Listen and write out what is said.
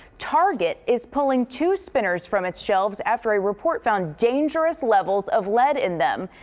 target is pulling two spinners from its shelves after a report found dangerous levels of lead in them.